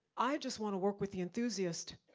i just wanna work with the enthusiasts.